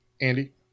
Andy